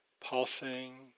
pulsing